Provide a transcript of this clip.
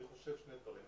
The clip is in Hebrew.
אני חושב שני דברים,